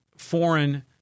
Foreign